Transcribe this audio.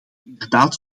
inderdaad